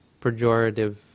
pejorative